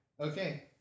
Okay